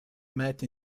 met